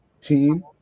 team –